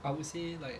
I would say like